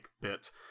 bit